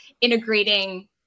integrating